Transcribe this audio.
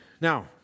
Now